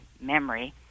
memory